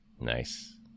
Nice